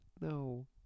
no